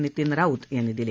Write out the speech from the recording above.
नितीन राऊत यांनी दिली